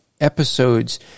episodes